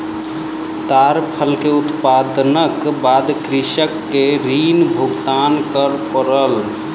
ताड़ फल के उत्पादनक बाद कृषक के ऋण भुगतान कर पड़ल